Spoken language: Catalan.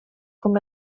com